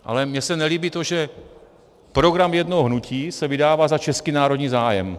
Ale mně se nelíbí to, že program jednoho hnutí se vydává za český národní zájem...